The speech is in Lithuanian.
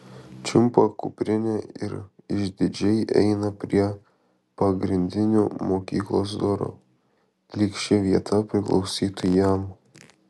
čiumpa kuprinę ir išdidžiai eina prie pagrindinių mokyklos durų lyg ši vieta priklausytų jam